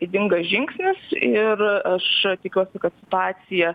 ydingas žingsnis ir aš tikiuosi kad situacija